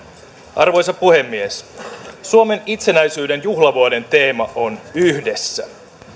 arvoisa puhemies suomen itsenäisyyden juhlavuoden teema on yhdessä